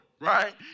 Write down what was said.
right